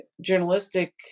journalistic